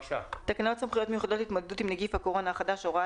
"תקנות סמכויות מיוחדות להתמודדות עם נגיף הקורונה החדש (הוראת